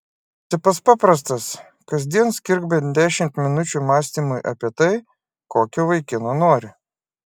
principas paprastas kasdien skirk bent dešimt minučių mąstymui apie tai kokio vaikino nori